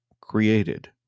created